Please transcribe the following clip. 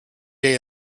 day